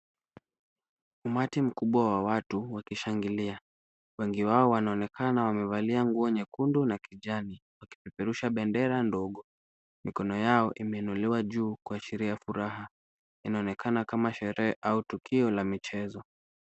Umati mkubwa wa watu wakishangilia. Wengi wao wanaonekana wamevalia nguo nyekundu na kijani, wakipeperusha bendera ndogo. Mikono yao imenolewa juu kuasheria furaha. Inaonekana kama sherehe au tukio la michezo.